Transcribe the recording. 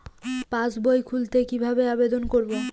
পাসবই খুলতে কি ভাবে আবেদন করব?